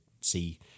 see